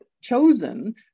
chosen